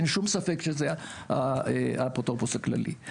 אין שום ספק שזה האפוטרופוס הכללי.